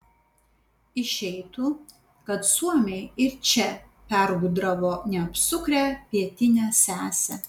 išeitų kad suomiai ir čia pergudravo neapsukrią pietinę sesę